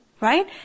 Right